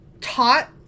taught